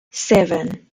seven